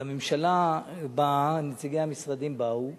אז הממשלה באה, נציגי המשרדים באו,